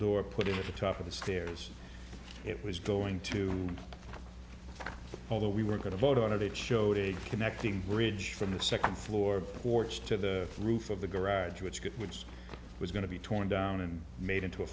door put it at the top of the stairs it was going to although we were going to vote on it it showed a connecting bridge from the second floor boards to the roof of the garage which could which was going to be torn down and made into a